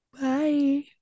bye